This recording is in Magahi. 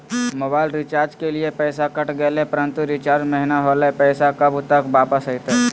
मोबाइल रिचार्ज के लिए पैसा कट गेलैय परंतु रिचार्ज महिना होलैय, पैसा कब तक वापस आयते?